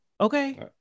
okay